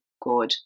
good